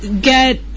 get